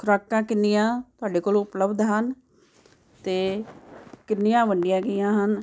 ਖੁਰਾਕਾਂ ਕਿੰਨੀਆਂ ਤੁਹਾਡੇ ਕੋਲ ਉਪਲਬਧ ਹਨ ਅਤੇ ਕਿੰਨੀਆਂ ਵੰਡੀਆਂ ਗਈਆਂ ਹਨ